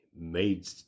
made